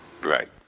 Right